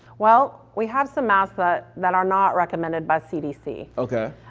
well, we have some masks that that are not recommended by cdc. okay.